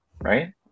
right